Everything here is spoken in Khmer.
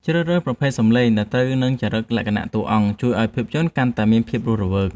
ជ្រើសរើសប្រភេទសំឡេងដែលត្រូវនឹងចរិតលក្ខណៈតួអង្គជួយឱ្យភាពយន្តកាន់តែមានភាពរស់រវើក។